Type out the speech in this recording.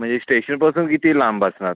म्हणजे स्टेशनपासून किती लांब असणार